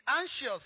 anxious